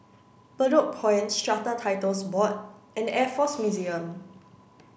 Bedok Point Strata Titles Board and Air Force Museum